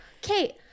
Kate